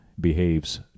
behaves